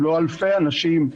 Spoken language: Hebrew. אם לא אלפי אנשים,